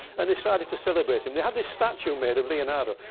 and decided to celebrate him. they had this statue made of leonardo.